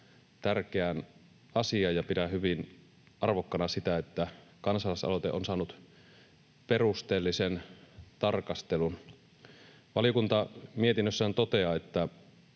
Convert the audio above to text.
tärkeään asiaan, ja pidän hyvin arvokkaana sitä, että kansalaisaloite on saanut perusteellisen tarkastelun. Valiokunta mietinnössään toteaa, että